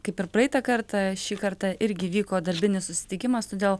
kaip ir praeitą kartą šį kartą irgi vyko darbinis susitikimas todėl